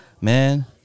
man